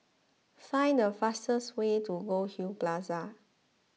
find the fastest way to Goldhill Plaza